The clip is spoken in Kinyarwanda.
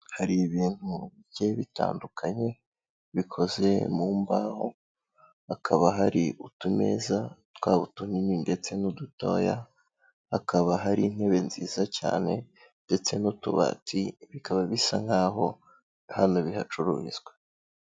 Hari ibintu bigiye bitandukanye bikoze mu mbaho, hakaba hari utumeza twaba utunini ndetse n'udutoya, hakaba hari intebe nziza cyane ndetse n'utubati bikaba bisa nkaho hano bihacururizwa.